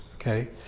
Okay